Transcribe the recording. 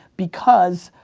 because